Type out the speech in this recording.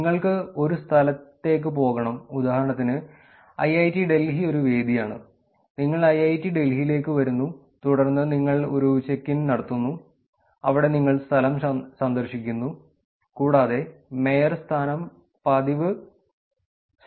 നിങ്ങൾക്ക് ഒരു സ്ഥലത്തേക്ക് പോകണം ഉദാഹരണത്തിന് ഐഐടി ഡൽഹി ഒരു വേദിയാണ് നിങ്ങൾ ഐഐടി ഡൽഹിയിലേക്ക് വരുന്നു തുടർന്ന് നിങ്ങൾ ഒരു ചെക്ക് ഇൻ നടത്തുന്നു അവിടെ നിങ്ങൾ സ്ഥലം സന്ദർശിക്കുന്നു കൂടാതെ മേയർ സ്ഥാനം പതിവ് സന്ദർശനങ്ങൾക്കാണ്